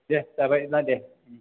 दे जाबाय बिदिब्ला दे